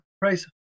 price